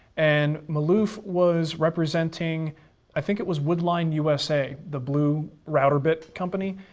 and maloof was representing i think it was woodline usa, the blue router bit company.